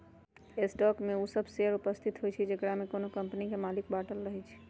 stock में उ सभ शेयर उपस्थित होइ छइ जेकरामे कोनो कम्पनी के मालिक बाटल रहै छइ